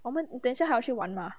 我们等一下还有去玩吗